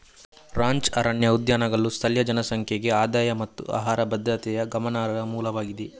ranch ಅರಣ್ಯ ಉದ್ಯಾನಗಳು ಸ್ಥಳೀಯ ಜನಸಂಖ್ಯೆಗೆ ಆದಾಯ ಮತ್ತು ಆಹಾರ ಭದ್ರತೆಯ ಗಮನಾರ್ಹ ಮೂಲವಾಗಿದೆ